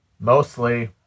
mostly